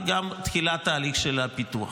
וגם לתחילת ההליך של הפיתוח.